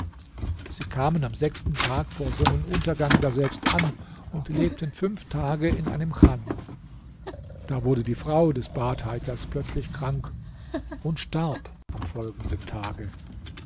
sie kamen am sechsten tag vor sonnenuntergang daselbst an und lebten fünf tag in einem chan da wurde die frau des badheizers plötzlich krank und starb am folgenden tage